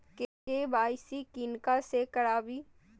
KYC किनका से कराबी?